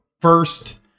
first